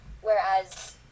whereas